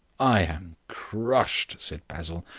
i am crushed, said basil,